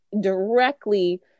directly